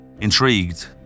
Intrigued